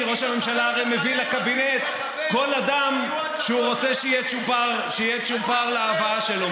כי ראש הממשלה הרי מביא לקבינט כל אדם שהוא רוצה שיהיה צ'ופר להבאה שלו.